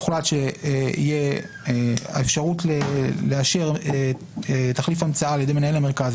הוחלט שהאפשרות להשאיר תחליף המצאה על ידי מנהל המרכז